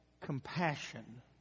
compassion